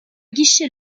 guichet